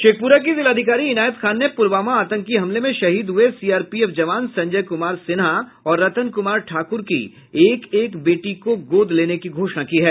शेखप्रा की जिलाधिकारी इनायत खान ने पुलवामा आतंकी हमले में शहीद हुए सीआरपीएफ जवान संजय कुमार सिन्हा और रतन कुमार ठाकुर की एक एक बेटी को गोद लेने की घोषणा की है